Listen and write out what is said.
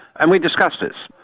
and we discussed this.